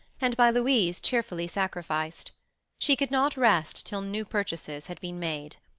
and by louise cheerfully sacrificed she could not rest till new purchases had been made.